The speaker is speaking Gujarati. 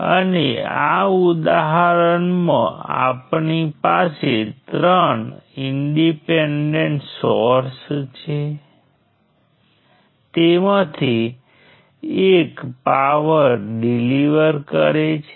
તો આ આપણે સર્કિટમાં દરેક વેરિયેબલ માટે ઈક્વેશન્સ અને તેથી બધું સેટઅપ કરીએ છીએ